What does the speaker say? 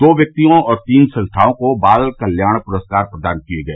दो व्यक्तियों और तीन संस्थाओं को बाल कल्याण पुरस्कार प्रदान किए गए